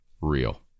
real